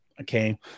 okay